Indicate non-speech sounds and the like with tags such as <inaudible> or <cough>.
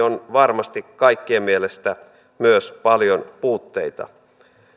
<unintelligible> on varmasti kaikkien mielestä myös paljon puutteita